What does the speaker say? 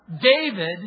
David